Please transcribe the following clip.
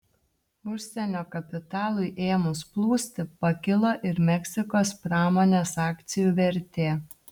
užsienio kapitalui ėmus plūsti pakilo ir meksikos pramonės akcijų vertė